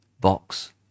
Box